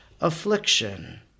affliction